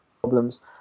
problems